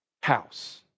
house